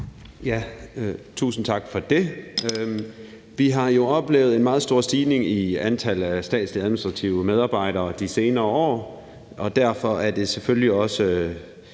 Tusind tak for det. Vi har jo oplevet en meget stor stigning i antallet af statslige administrative medarbejdere de senere år, og derfor er det selvfølgelig også